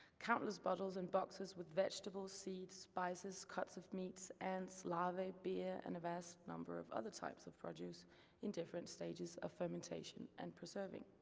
countless bottles and boxes with vegetables, seeds, spices, cuts of meats and slavey beer and a vast number of other types of produce in different stages of fermentation and preserving.